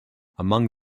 among